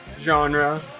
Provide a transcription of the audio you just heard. genre